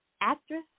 actress